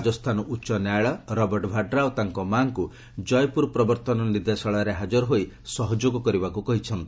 ରାଜସ୍ଥାନ ଉଚ୍ଚ ନ୍ୟାୟାଳୟ ରବର୍ଟ ଭାଡ୍ରା ଓ ତାଙ୍କ ମା'ଙ୍କୁ ଜୟପୁର ପ୍ରବର୍ତ୍ତନ ନିର୍ଦ୍ଦେଶାଳୟରେ ହାଜର ହୋଇ ସହଯୋଗ କରିବାକୁ କହିଛନ୍ତି